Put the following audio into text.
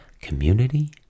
Community